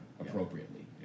appropriately